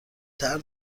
طرح